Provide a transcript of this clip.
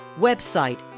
website